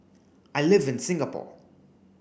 I live in Singapore